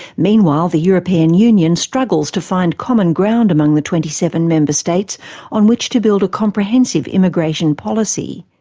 meanwhile, the european union struggles to find common ground among the twenty seven member states on which to build a comprehensive immigration policy.